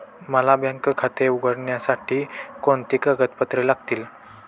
मला बँक खाते उघडण्यासाठी कोणती कागदपत्रे लागतील?